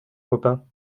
copain